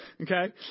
Okay